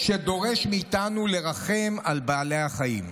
שדורש מאיתנו לרחם על בעלי החיים.